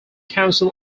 council